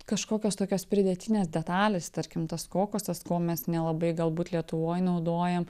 kažkokios tokios pridėtinės detalės tarkim tas kokosas ko mes nelabai galbūt lietuvoj naudojam